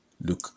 look